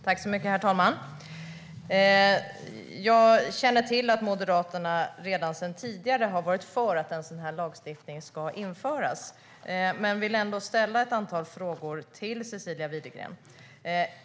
Herr talman! Jag känner till att Moderaterna redan sedan tidigare har varit för att en sådan här lagstiftning ska införas men vill ändå ställa ett antal frågor till Cecilia Widegren.